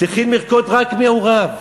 צריכים לרקוד רק מעורב.